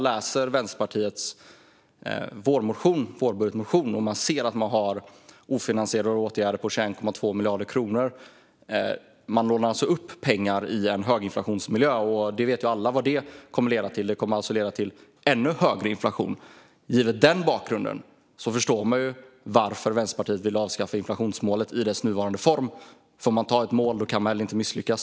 Av Vänsterpartiets vårbudgetmotion framgår att det finns ofinansierade åtgärder på 21,2 miljarder kronor. Man lånar alltså upp pengar i en höginflationsmiljö, och alla vet vad det leder till, nämligen till ännu högre inflation. Givet den bakgrunden förstår man varför Vänsterpartiet vill avskaffa inflationsmålet i dess nuvarande form. Om man inte har ett mål kan man inte heller misslyckas.